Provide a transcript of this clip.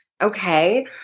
Okay